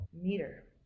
meter